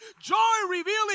joy-revealing